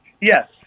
yes